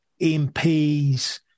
MPs